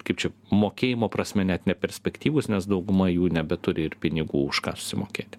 kaip čia mokėjimo prasme net neperspektyvūs nes dauguma jų nebeturi ir pinigų už ką susimokėti